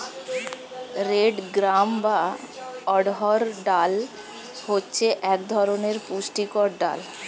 red gram বা অড়হর ডাল হচ্ছে এক ধরনের পুষ্টিকর ডাল